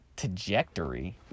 Trajectory